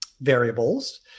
variables